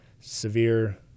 severe